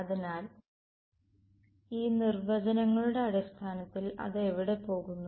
അതിനാൽ ഈ നിർവചനങ്ങളുടെ അടിസ്ഥാനത്തിൽ അത് എവിടെ പോകുന്നു